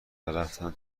ورفتن